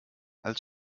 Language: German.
als